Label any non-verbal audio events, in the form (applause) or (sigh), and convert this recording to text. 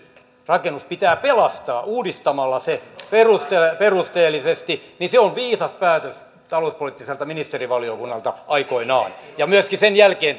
rakennus pitää pelastaa uudistamalla se perusteellisesti niin se on viisas päätös talouspoliittiselta ministerivaliokunnalta aikoinaan ja myöskin sen jälkeen (unintelligible)